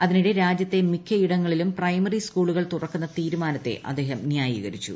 അതിനിടെ രാജൃത്തെ മിക്കയിടങ്ങളിലും പ്രൈമറി സ്കൂളുകൾ തുറക്കുന്ന തീരുമാനത്തെ അദ്ദേഹം ന്യായിക്കരിച്ചു